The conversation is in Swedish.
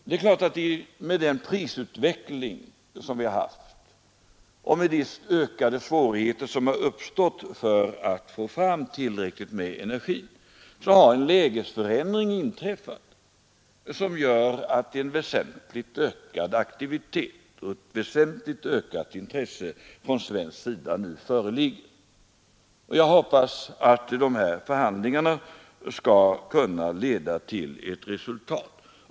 Det är klart att med den prisutveckling som vi har haft och med de ökade svårigheter som har uppstått att få fram tillräckligt med energi har en lägesförändring inträffat som gör att en väsentligt ökad aktivitet och ett väsentligt ökat intresse från svensk sida nu föreligger. Jag hoppas att de här förhandlingarna skall kunna leda till ett resultat.